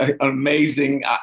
amazing